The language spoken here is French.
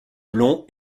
blonds